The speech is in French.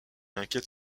inquiète